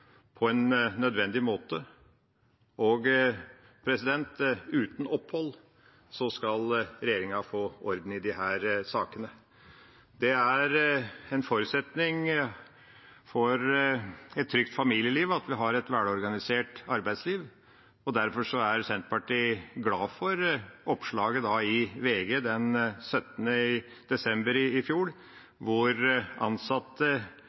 på en nødvendig måte og uten opphold skal få orden i disse sakene. Det er en forutsetning for et trygt familieliv at vi har et velorganisert arbeidsliv, og derfor er Senterpartiet glad for oppslaget i VG den 17. desember i fjor, hvor ansatte